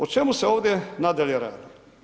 O čemu se ovdje nadalje radi?